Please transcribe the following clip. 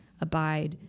abide